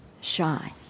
shine